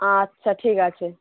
আচ্ছা ঠিক আছে